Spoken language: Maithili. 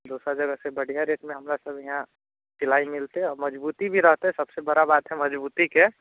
दोसर जगहसँ बढ़िआँ रेटमे हमरासब यहाँ सिलाइ मिलतै आओर मजबूती भी रहतै सबसँ बड़ा बात हइ मजबूतीके